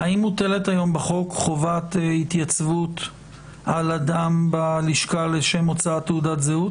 האם מוטלת היום בחוק חובת התייצבות על אדם בלשכה לשם הוצאת תעודת זהות?